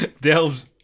delves